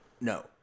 no